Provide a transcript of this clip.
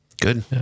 Good